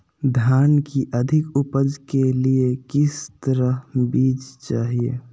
धान की अधिक उपज के लिए किस तरह बीज चाहिए?